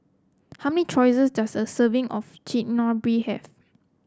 how many does a serving of Chigenabe have